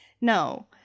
No